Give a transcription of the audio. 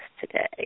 today